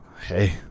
Hey